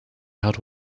had